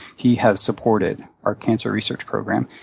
he has supported our cancer research program.